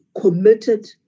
committed